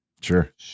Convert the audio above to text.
Sure